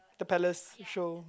the Palace show